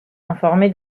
informé